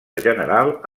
general